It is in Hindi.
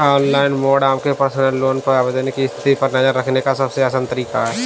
ऑनलाइन मोड आपके पर्सनल लोन आवेदन की स्थिति पर नज़र रखने का सबसे आसान तरीका है